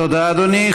תודה, אדוני.